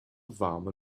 warme